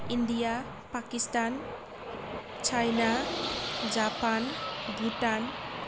India Pakistan China Japan Bhutan